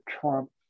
Trump